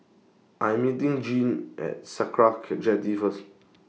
I'm meeting Jeane At Sakra Jetty First